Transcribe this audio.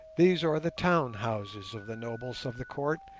these are the town houses of the nobles of the court,